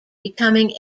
becoming